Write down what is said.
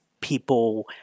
people